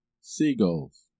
seagulls